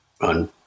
on